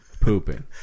Pooping